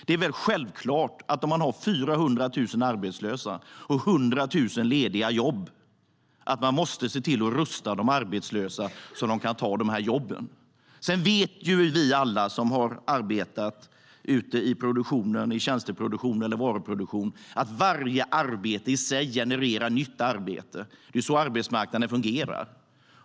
Det är självklart att med 400 000 arbetslösa och 100 000 lediga jobb måste de arbetslösa rustas så att de kan ta jobben. Alla vi som har arbetat i tjänsteproduktionen eller varuproduktionen vet att varje arbete i sig genererar nytt arbete. Det är så arbetsmarknaden fungerar.